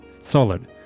solid